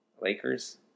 Lakers